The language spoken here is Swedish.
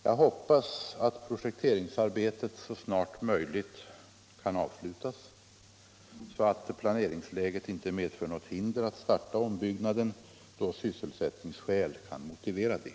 Jag hoppas att projekteringsarbetet kan avslutas så snart som möjligt, så att planeringsläget inte medför något hinder för att starta ombyggnaden då sysselsättningsskäl kan motivera det.